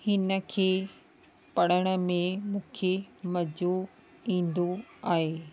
हिनखे पढ़ण में मूंखे मजो ईंदो आहे